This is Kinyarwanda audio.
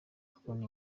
kubona